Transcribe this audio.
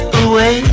away